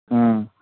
हँ